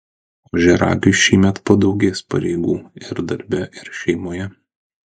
ožiaragiui šįmet padaugės pareigų ir darbe ir šeimoje